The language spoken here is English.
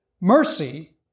mercy